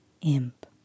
Imp